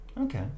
Okay